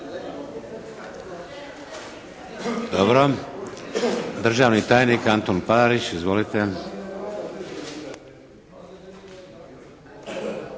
Dobro. Državni tajnik Antun Palarić. Izvolite!